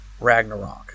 Ragnarok